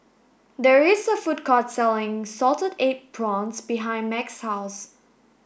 there is a food court selling salted egg prawns behind Max's house